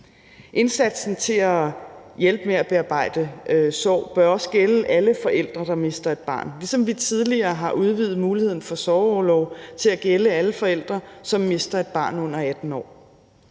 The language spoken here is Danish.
Indsatsen for at hjælpe med at bearbejde sorg bør også gælde alle forældre, der mister et barn, ligesom vi tidligere har udvidet muligheden for sorgorlov til at gælde alle forældre, som mister et barn under 18 år.